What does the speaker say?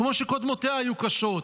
כמו שקודמותיה היו קשות,